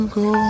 go